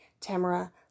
Tamara